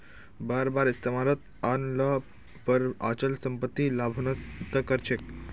बार बार इस्तमालत आन ल पर अचल सम्पत्ति लाभान्वित त कर छेक